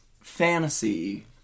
fantasy